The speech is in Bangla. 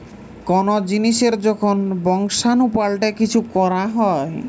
কোন জিনিসের যখন বংশাণু পাল্টে কিছু করা হয়